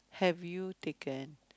have you taken